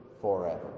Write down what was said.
forever